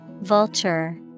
Vulture